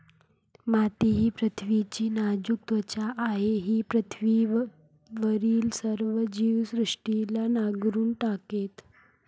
माती ही पृथ्वीची नाजूक त्वचा आहे जी पृथ्वीवरील सर्व जीवसृष्टीला नांगरून टाकते